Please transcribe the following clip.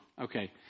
Okay